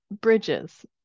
bridges